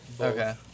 Okay